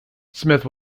smith